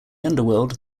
underworld